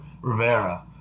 Rivera